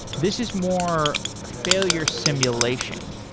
this is more failure simulation.